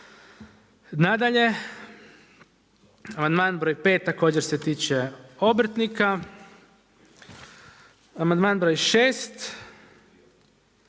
Nadalje, amandman br. 5 također se tiče obrtnika. Amandman br. 6.,